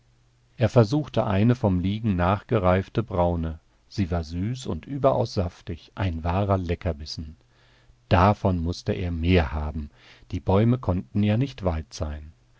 er versuchte eine vom liegen nachgereifte braune sie war süß und überaus saftig ein wahrer leckerbissen davon mußte er mehr haben die bäume konnten ja nicht weit sein